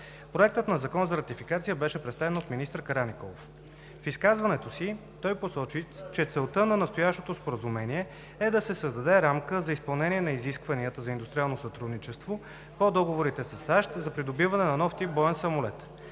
Проектът на закон за ратификация беше представен от министър Караниколов. В изказването си той посочи, че целта на настоящото споразумение е да се създаде рамка за изпълнение на изискванията за индустриално сътрудничество по договорите със САЩ за придобиване на нов тип боен самолет.